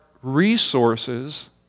resources